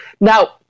Now